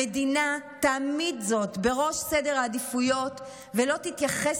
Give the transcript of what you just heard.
המדינה תעמיד זאת בראש סדר העדיפויות ולא תתייחס